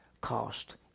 cost